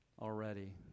already